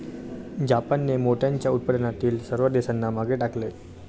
जापानने मोत्याच्या उत्पादनातील सर्व देशांना मागे टाकले